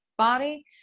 Body